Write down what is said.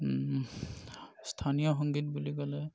স্থানীয় সংগীত বুলি ক'লে